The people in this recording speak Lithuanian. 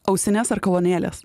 ausinės ar kolonėlės